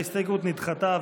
ההסתייגות נדחתה.